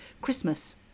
Christmas